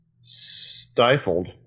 stifled –